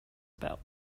about